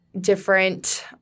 different